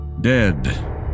dead